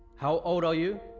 how old are you?